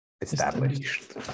established